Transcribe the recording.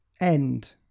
end